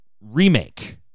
Remake